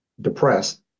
depressed